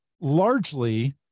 largely